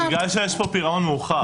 בגלל שיש פה פירעון מאוחר.